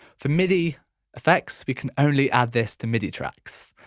for midi effects we can only add this to midi tracks.